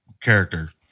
character